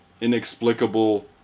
inexplicable